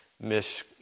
Miss